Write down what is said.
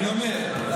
אני אומר: